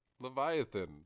Leviathan